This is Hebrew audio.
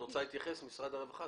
את רוצה להתייחס, משרד הרווחה?